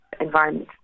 environment